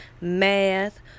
math